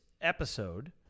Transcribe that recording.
episode